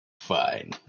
Fine